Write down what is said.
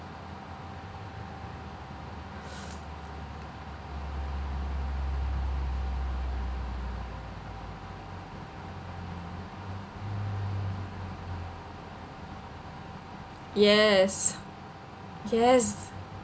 yes yes